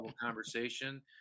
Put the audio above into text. conversation